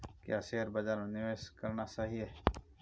क्या शेयर बाज़ार में निवेश करना सही है?